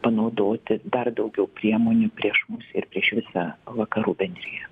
panaudoti dar daugiau priemonių prieš mus ir prieš visą vakarų bendriją